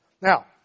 Now